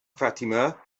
fatima